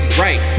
right